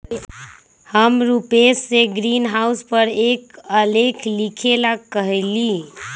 हम रूपेश से ग्रीनहाउस पर एक आलेख लिखेला कहली